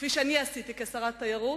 כפי שאני עשיתי כשרת התיירות: